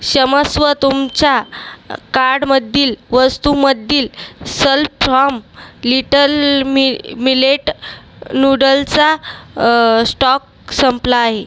क्षमस्व तुमच्या कार्डमधील वस्तूमधील सल्प फ्रॉम लिटल मी मीलेट नूडल्सचा स्टॉक संपला आहे